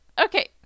okay